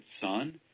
son